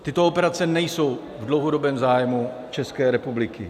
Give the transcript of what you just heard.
Tyto operace nejsou v dlouhodobém zájmu České republiky.